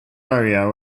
area